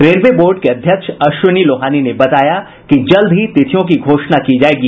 railway board के अध्यक्ष अश्विनी लोहानी ने बताया कि जल्द ही तिथियों की घोषणा की जायेगी